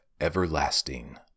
everlasting